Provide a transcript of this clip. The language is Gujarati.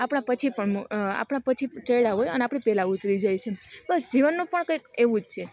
આપણા પછી પણ આપણા પછી ચડ્યા હોય અને આપણી પહેલાં ઉતરી જાય છે બસ જીવનનો પણ કંઈક એવું જ છે